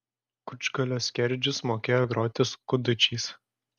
kučgalio skerdžius mokėjo groti skudučiais